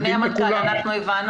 אדוני המנכ"ל הבנו.